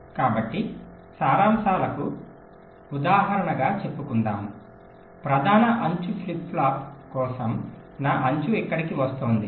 కాబట్టి సారాంశాలకు ఉదాహరణగా చెప్పుకుందాము ప్రధాన అంచు ఫ్లిప్ ఫ్లాప్ కోసం నా అంచు ఇక్కడకి వస్తోంది